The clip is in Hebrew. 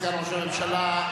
סגן ראש הממשלה,